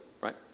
right